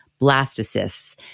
blastocysts